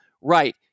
right